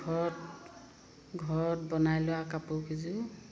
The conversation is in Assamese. ঘৰত ঘৰত বনাই লোৱা কাপোৰ কেইযোৰ